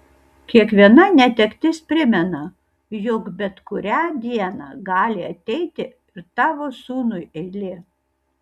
kiekviena netektis primena jog bet kurią dieną gali ateiti ir tavo sūnui eilė